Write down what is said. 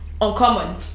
uncommon